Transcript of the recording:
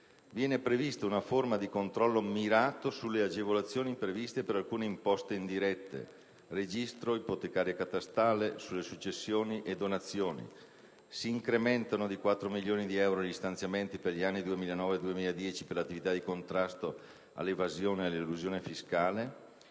Viene prevista una forma di controllo mirato sulle agevolazioni previste per alcune imposte indirette (registro, ipotecaria e catastale, sulle successioni e donazioni); si incrementano di 4 milioni di euro gli stanziamenti per gli anni 2009 e 2010 per l'attività di contrasto all'evasione e all'elusione fiscale;